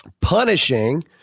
punishing